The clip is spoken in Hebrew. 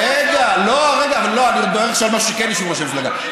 רגע, אני מדבר עכשיו על מה שכן יושב-ראש המפלגה.